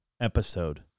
episode